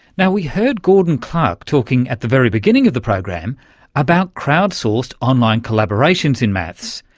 now, we heard gordon clarke talking at the very beginning of the program about crowd-sourced online collaborations in maths,